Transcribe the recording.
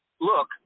Look